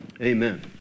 Amen